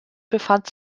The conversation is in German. befand